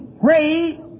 pray